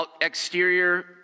exterior